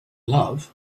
love